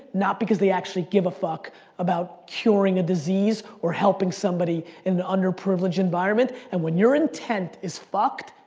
not because they actually give a fuck about curing a disease or helping somebody in an underprivileged environment and when your intent is fucked,